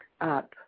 up